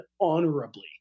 honorably